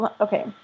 Okay